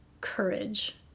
courage